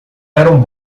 eram